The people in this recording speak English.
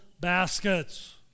baskets